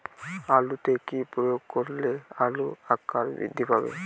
আলুতে কি প্রয়োগ করলে আলুর আকার বৃদ্ধি পাবে?